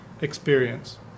experience